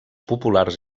populars